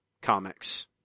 comics